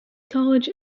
college